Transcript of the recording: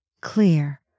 clear